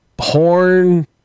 horn